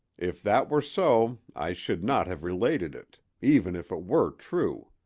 if that were so i should not have related it, even if it were true.